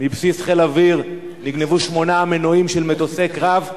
נגנבו מבסיס חיל אוויר שמונה מנועים של מטוסי קרב,